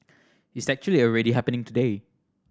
it's actually already happening today